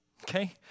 Okay